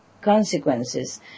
consequences